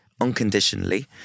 unconditionally